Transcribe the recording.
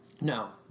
no